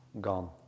gone